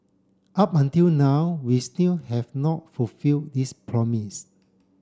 up until now we still have not fulfill this promise